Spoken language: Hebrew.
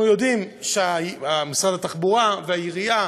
אנחנו יודעים שמשרד התחבורה והעירייה,